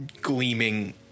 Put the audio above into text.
gleaming